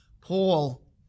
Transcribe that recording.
Paul